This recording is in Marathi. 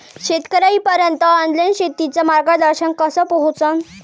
शेतकर्याइपर्यंत ऑनलाईन शेतीचं मार्गदर्शन कस पोहोचन?